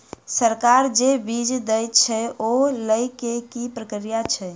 सरकार जे बीज देय छै ओ लय केँ की प्रक्रिया छै?